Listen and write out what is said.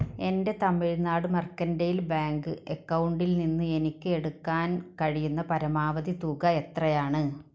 എൻ്റെ തമിഴ്നാട് മെർക്കൻറ്റയിൽ ബാങ്ക് എക്കൗണ്ടിൽ നിന്ന് എനിക്ക് എടുക്കാൻ കഴിയുന്ന പരമാവധി തുക എത്രയാണ്